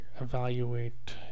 evaluate